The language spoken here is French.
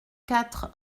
quatre